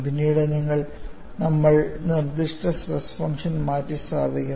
പിന്നീട് നമ്മൾ നിർദ്ദിഷ്ട സ്ട്രെസ് ഫംഗ്ഷൻ മാറ്റിസ്ഥാപിക്കും